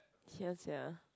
here sia